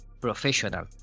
professional